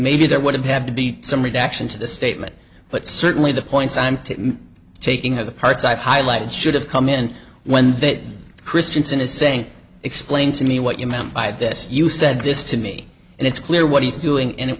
maybe there would have to be some reaction to the statement but certainly the points i'm taking of the parts i've highlighted should have come in when that christiansen is saying explain to me what you meant by this you said this to me and it's clear what he's doing and